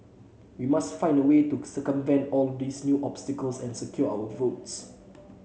we must find a way to circumvent all these new obstacles and secure our votes